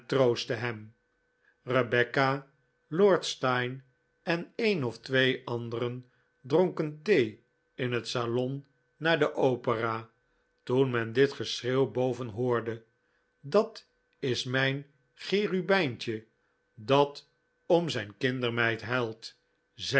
troostte hem rebecca lord steyne en een of twee anderen dronken thee in het salon na de opera toen men dit geschreeuw boven hoorde dat is mijn cherubijntje dat om zijn kindermeid huilt zeide zij